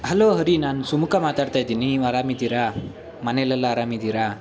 hello Hari ನಾನು ಸುಮುಖ ಮಾತಾಡ್ತಾ ಇದ್ದೀನಿ ನೀವು ಅರಾಮಿದ್ದೀರಾ ಮನೆಯಲ್ಲೆಲ್ಲ ಅರಾಮಿದ್ದೀರಾ